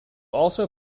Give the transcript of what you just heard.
also